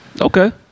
Okay